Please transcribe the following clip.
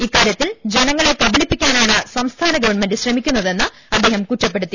ഇക്കാര്യത്തിൽ ജനങ്ങളെ കബളിപ്പിക്കാനാണ് സംസ്ഥാന ഗവൺമെന്റ് ശ്രമിക്കുന്നതെന്ന് അദ്ദേഹം കുറ്റപ്പെടു ത്തി